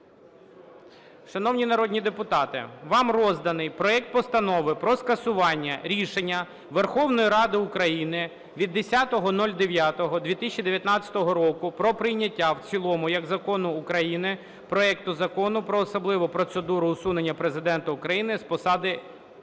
Шановні народні депутати, вам розданий проект Постанови про скасування рішення Верховної Ради України від 10.09.2019 року про прийняття в цілому як закону України проекту Закону про особливу процедуру усунення Президента України з посади (про